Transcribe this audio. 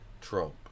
Trump